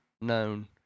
known